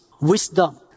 wisdom